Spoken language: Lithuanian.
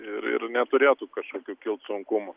ir ir neturėtų kažkokių kilt sunkumų